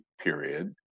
period